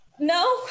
No